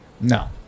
No